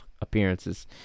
appearances